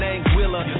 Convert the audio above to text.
Anguilla